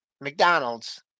McDonald's